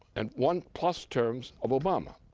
and one plus terms of obama.